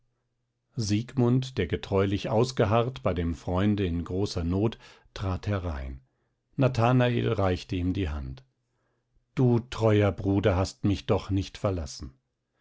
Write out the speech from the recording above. siegmund der getreulich ausgeharrt bei dem freunde in großer not trat herein nathanael reichte ihm die hand du treuer bruder hast mich doch nicht verlassen